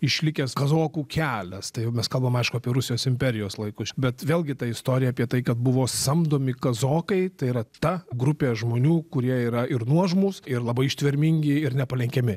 išlikęs kazokų kelias tai jau mes kalbam aišku apie rusijos imperijos laikus bet vėlgi tai istorija apie tai kad buvo samdomi kazokai tai yra ta grupė žmonių kurie yra ir nuožmūs ir labai ištvermingi ir nepalenkiami